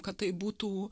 kad tai būtų